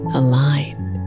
aligned